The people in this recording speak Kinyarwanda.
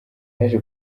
yaje